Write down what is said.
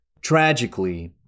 Tragically